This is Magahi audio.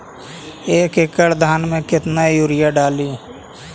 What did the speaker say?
एक एकड़ धान मे कतना यूरिया डाली?